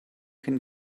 can